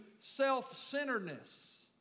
self-centeredness